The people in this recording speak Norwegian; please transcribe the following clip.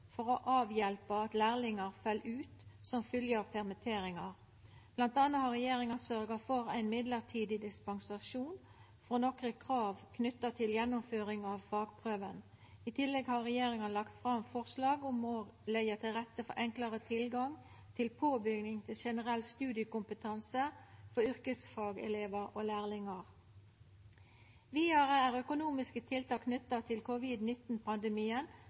for å avhjelpa at lærlingar fell ut som følgje av permitteringar. Blant anna har regjeringa sørgt for ein mellombels dispensasjon frå nokre krav knytte til gjennomføring av fagprøva. I tillegg har regjeringa lagt fram forslag om å leggja til rette for enklare tilgang til påbygging til generell studiekompetanse for yrkesfagelevar og lærlingar. Vidare er økonomiske tiltak knytte til